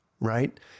right